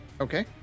okay